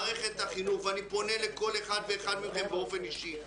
ואני פונה לכל אחד ואחד מכם באופן אישי,